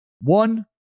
one